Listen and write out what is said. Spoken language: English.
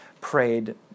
prayed